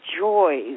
joys